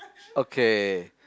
okay